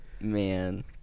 Man